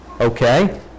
okay